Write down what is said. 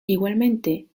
igualmente